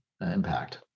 impact